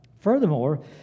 Furthermore